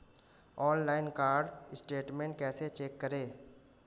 Online card statement कैसे check करें?